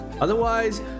otherwise